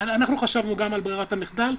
גם אנחנו חשבנו על ברירת המחדל.